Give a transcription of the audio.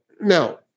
now